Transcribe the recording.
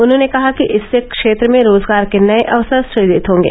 उन्होंने कहा कि इससे क्षेत्र में रोजगार के नए अवसर सुजित हॉगे